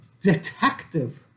detective